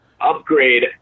upgrade